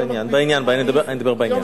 בעניין, אני מדבר בעניין.